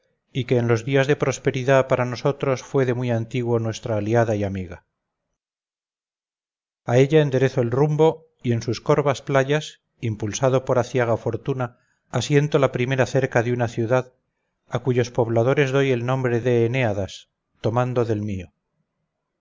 y que en los días de prosperidad para nosotros fue de muy antiguo nuestra aliada y amiga a ella enderezo el rumbo y en sus corvas playas impulsado por aciaga fortuna asiento la primera cerca de una ciudad a cuyos pobladores doy el nombre de eneadas tomado del mío